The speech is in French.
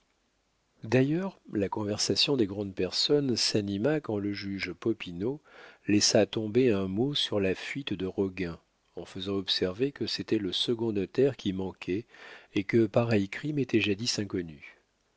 d'ailleurs la conversation des grandes personnes s'anima quand le juge popinot laissa tomber un mot sur la fuite de roguin en faisant observer que c'était le second notaire qui manquait et que pareil crime était jadis inconnu